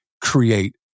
create